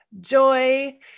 joy